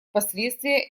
последствия